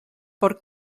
por